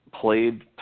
played